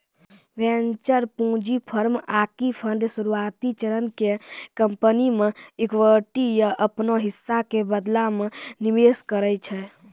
venture पूंजी firm आकि fund शुरुआती चरण के कंपनी मे इक्विटी या अपनो हिस्सा के बदला मे निवेश करै छै